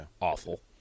awful